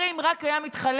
הרי אם רק היה מתחלף,